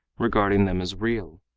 regarding them as real.